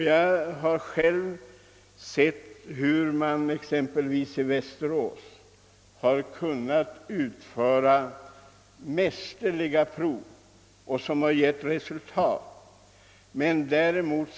Jag har själv sett att man exempelvis i Västerås kan genomföra sådana provningar på ett mästerligt sätt.